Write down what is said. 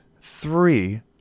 three